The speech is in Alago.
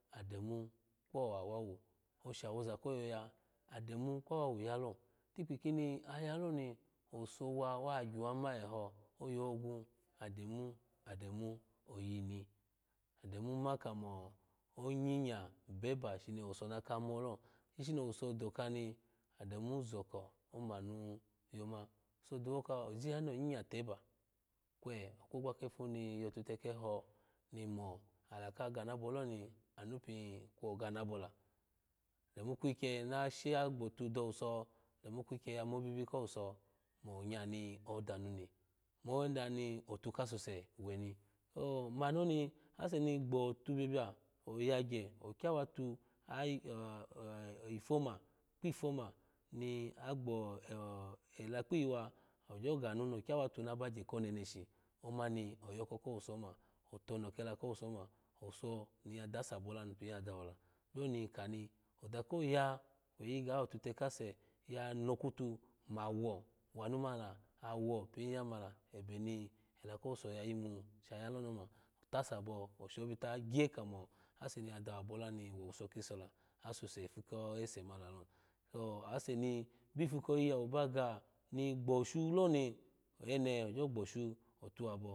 Adamu kpa ahawawu osha woza koyoya adamu kpa hawawu ya lo tikpi ko ni ayalo ni owuso wa wa gyuwma eho oyuwogwu ademo ademo oyini ademo ma kamo onyinya bebeshini owuso naka molo ishimi owuso doka ni adamu zoko mo anu yoma owuso dowoko ojiya moniya teba kwe ogwogwa kefo niya totewe keho ni mo alu ka ganabo loni anupi kwogbanabola ademu kweikye nawa shagbotu dowuso ademu kweikye ya moibi kowuso monya ni odanu ni mo dani otu kasuse weni o mani oni ase ni gbotu biyobiya oyagyu ogyawate ifama kwifoma mo agbela kpiyiwa ogyo ganu nokyawa tuneneshi oma ni o oh yoko ko wuso ma otono kda kowuso ma owuso niya dose abola ni piya dowo la biyoni kani oza koya oyiga lotutehe kase ya nokwutu mu wo wa nu mani la awo piyamale ebeni da kowuso ya yimu sha ya loni oma lase abo oshobita gye kamo ase ni y dawo abola ni owuso kisola asusu ipukese mani lalo to ase ni bipu kipawo baga nighoshu loni oyene ogene ogyo gboshu otuwabo